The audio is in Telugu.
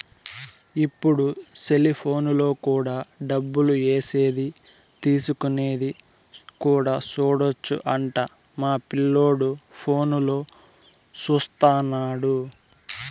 ఇప్పుడు సెలిపోనులో కూడా డబ్బులు ఏసేది తీసుకునేది కూడా సూడొచ్చు అంట మా పిల్లోడు ఫోనులో చూత్తన్నాడు